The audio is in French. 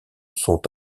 sont